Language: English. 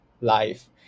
life